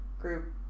Group